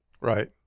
Right